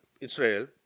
Israel